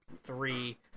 three